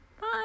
Bye